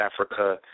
Africa